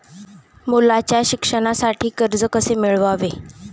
मुलाच्या शिक्षणासाठी कर्ज कसे मिळवावे?